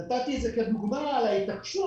נתתי את זה כדוגמה להתעקשות